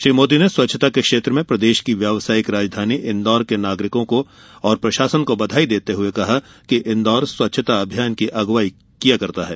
श्री मोदी ने स्वच्छता के क्षेत्र में प्रदेश की व्यावसायिक राजधानी इन्दौर के नागरिकों और प्रशासन को बधाई देते हुए कहा कि इन्दौर स्वच्छता अभियान की अगुवाई किया करता है